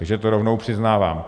Takže to rovnou přiznávám.